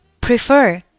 Prefer